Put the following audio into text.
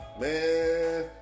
Man